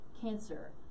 cancer